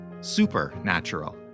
supernatural